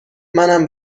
منم